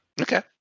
Okay